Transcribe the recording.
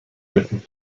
written